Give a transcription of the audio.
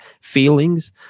feelings